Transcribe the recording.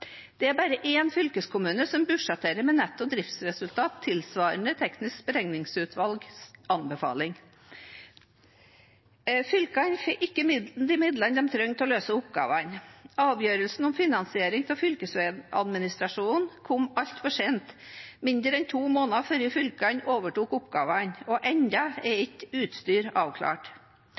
Det er bare én fylkeskommune som budsjetterer med netto driftsresultat tilsvarende det Teknisk beregningsutvalg anbefaler. Fylkene får ikke de midlene de trenger til å løse oppgavene. Avgjørelsen om finansiering av fylkesveiadministrasjonen kom altfor sent, mindre enn to måneder før fylkene overtok oppgaven, og ennå er ikke utstyr avklart.